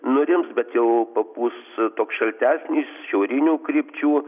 nurims bet jau papūs toks šaltesnis šiaurinių krypčių